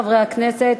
חברי הכנסת,